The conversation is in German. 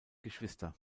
geschwister